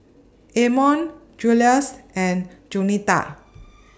Amon Juluis and Juanita